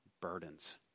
burdens